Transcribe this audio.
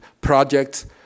projects